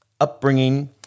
upbringing